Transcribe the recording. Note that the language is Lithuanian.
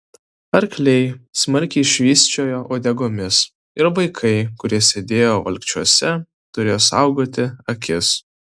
arkliai smarkiai švysčiojo uodegomis ir vaikai kurie sėdėjo valkčiuose turėjo saugoti akis